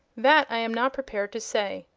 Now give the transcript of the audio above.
that i am not prepared to say.